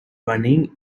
running